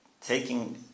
taking